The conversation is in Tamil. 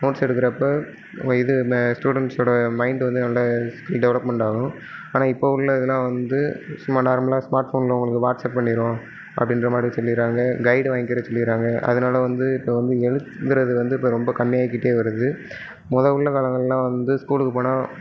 நோட்ஸ் எடுக்குறப்போ இது மே ஸ்டூடண்ஸோட மைண்டு வந்து நல்ல டெவலப்மெண்ட்டாகவும் ஆனால் இப்போ உள்ள இதெல்லாம் வந்து சும்மா நார்மலாக ஸ்மார்ட் ஃபோனில் உங்களுக்கு வாட்ஸப் பண்ணிடுறோம் அப்படின்ற மாதிரி சொல்லிடுறாங்க கைடு வாங்கிற சொல்லிறாங்க அதனால் வந்து இப்போ வந்து எழுதுறது வந்து இப்போ ரொம்ப கம்மியாயிக்கிட்டே வருது முதோ உள்ள காலங்கள்லாம் வந்து ஸ்கூலுக்கு போனா